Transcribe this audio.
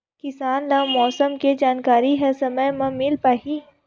किसान ल मौसम के जानकारी ह समय म मिल पाही?